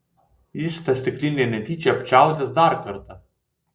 jis tą stiklinę netyčia apčiaudės dar kartą